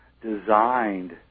designed